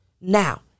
Now